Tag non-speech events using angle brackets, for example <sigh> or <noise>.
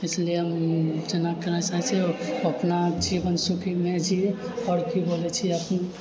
इसलिए हम <unintelligible> अपना जीवन सुखीमे जिए आओर <unintelligible>